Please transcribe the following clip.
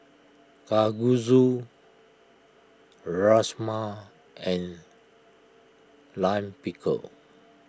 Kalguksu Rajma and Lime Pickle